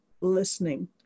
listening